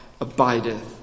abideth